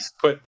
put